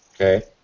Okay